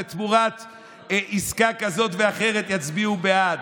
ותמורת עסקה כזאת ואחרת יצביעו בעד,